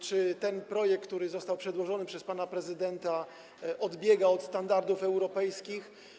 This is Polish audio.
Czy ten projekt, który został przedłożony przez pana prezydenta, odbiega od standardów europejskich?